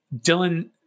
Dylan